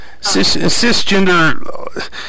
Cisgender